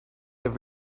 have